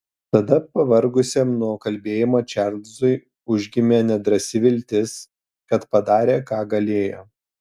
tada pavargusiam nuo kalbėjimo čarlzui užgimė nedrąsi viltis kad padarė ką galėjo